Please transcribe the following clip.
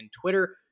Twitter